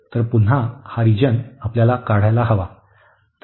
तर पुन्हा हा रिजन आपल्याला काढायला हवा